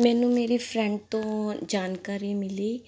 ਮੈਨੂੰ ਮੇਰੀ ਫਰੈਂਡ ਤੋਂ ਜਾਣਕਾਰੀ ਮਿਲੀ